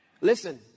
Listen